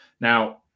Now